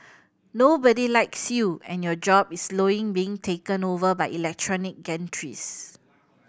nobody likes you and your job is slowly being taken over by electronic gantries